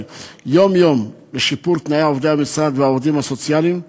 יום-יום לשיפור תנאי עובדי המשרד והעובדים הסוציאליים,